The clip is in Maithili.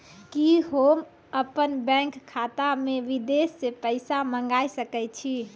कि होम अपन बैंक खाता मे विदेश से पैसा मंगाय सकै छी?